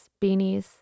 beanies